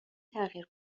تغییر